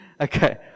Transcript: Okay